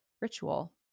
ritual